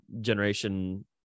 generation